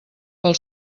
pel